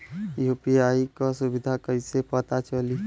UPI क सुविधा कैसे पता चली?